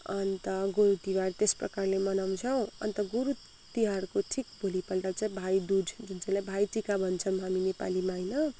अन्त गोरु तिहार त्यस प्रकारले मनाउछौँ अन्त गोरु तिहारको ठिक भोलिपल्ट चाहिँ भाइ दुज जुन चाहिँलाई भाइ टिका भन्छौँ हामी नेपालीमा होइन